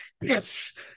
yes